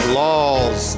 laws